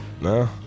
No